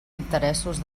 interessos